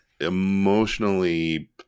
emotionally